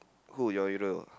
who your hero